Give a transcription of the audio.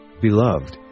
Beloved